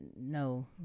no